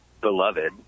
Beloved